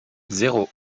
zéro